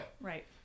Right